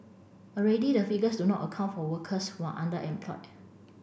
already the figures do not account for workers who are underemployed